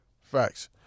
Facts